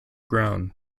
grown